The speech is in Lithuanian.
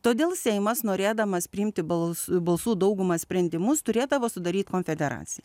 todėl seimas norėdamas priimti balsų balsų daugumą sprendimus turėdavo sudaryt konfederaciją